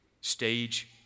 Stage